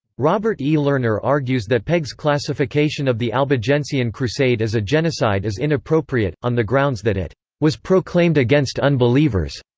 robert e. lerner argues that pegg's classification of the albigensian crusade as a genocide is inappropriate, on the grounds that it was proclaimed against unbelievers.